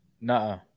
Nah